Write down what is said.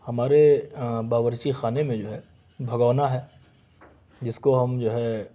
ہمارے باورچی خانے میں جو ہے بھگونا ہے جس کو ہم جو ہے